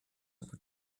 were